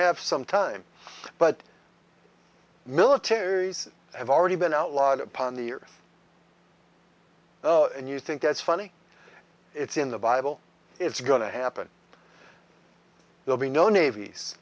have some time but militaries have already been outlawed upon the earth and you think that's funny it's in the bible it's going to happen they'll be no navies